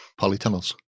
polytunnels